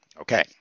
Okay